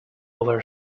over